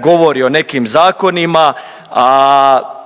govori o nekim zakonima, a